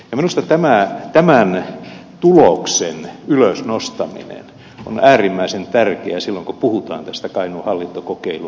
minusta tämän tuloksen ylösnostaminen on äärimmäisen tärkeää silloin kun puhutaan tästä kainuun hallintokokeilun nykyvaiheesta